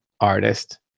artist